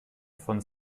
von